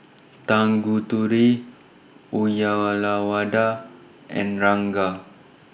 Tanguturi Uyyalawada and Ranga